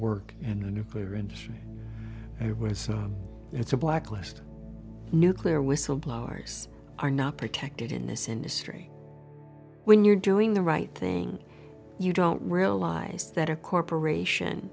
work and the nuclear industry it was so it's a blacklist nuclear whistleblowers are not protected in this industry when you're doing the right thing you don't realize that a corporation